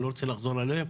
אני לא רוצה לחזור עליהן.